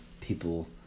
people